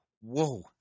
Whoa